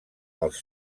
als